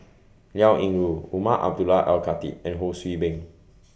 Liao Yingru Umar Abdullah Al Khatib and Ho See Beng